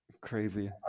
Crazy